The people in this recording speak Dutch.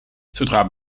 zodra